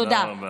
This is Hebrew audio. תודה.